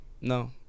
no